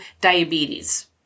diabetes